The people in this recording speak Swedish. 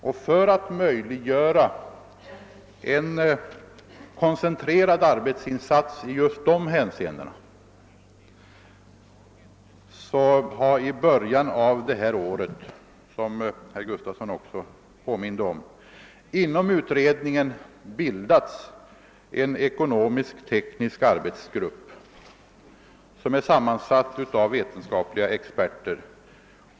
I syfte att möjliggöra en koncentrerad arbetsinsats i dessa hänseenden har det, såsom herr Gustafson påminde om, i början av detta år inom utredningen tillsatts en ekonomisk-teknisk arbetsgrupp, som är sammansatt av vetenskapliga experter.